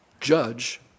judge